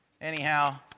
Anyhow